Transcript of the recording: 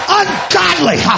ungodly